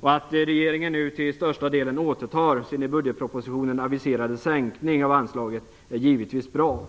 Att regeringen nu till största delen återtar sin i budgetpropositionen aviserade sänkning av anslaget är givetvis bra.